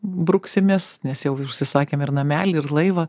bruksimės nes jau užsisakėm ir namelį ir laivą